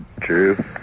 True